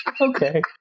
Okay